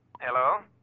Hello